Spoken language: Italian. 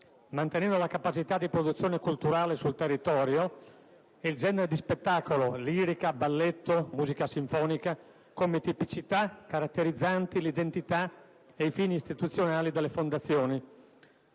mantenuta la capacità di produzione culturale sul territorio e il genere di spettacolo (lirica, balletto, musica sinfonica) come tipicità caratterizzanti l'identità ed i fini istituzionali delle fondazioni,